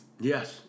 Yes